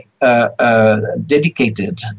dedicated